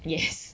yes